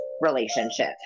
relationship